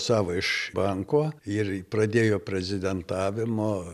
savo iš banko ir pradėjo prezidentavimo